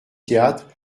théâtre